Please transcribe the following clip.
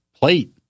plate